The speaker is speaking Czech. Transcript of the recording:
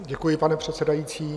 Děkuji, pane předsedající.